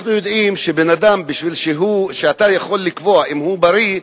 אנחנו יודעים שבשביל לקבוע שבן-אדם בריא,